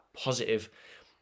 positive